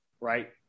Right